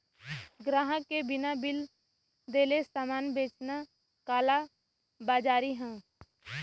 ग्राहक के बिना बिल देले सामान बेचना कालाबाज़ारी हौ